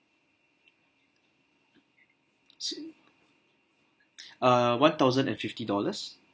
s~ uh one thousand and fifty dollars